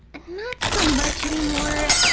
not so much anymore.